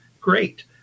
Great